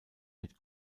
mit